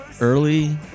Early